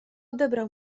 odebrał